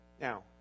now